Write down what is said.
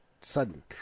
sudden